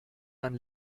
man